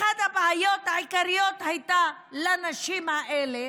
אחת הבעיות העיקריות של הנשים האלה